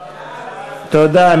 תודה.